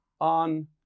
on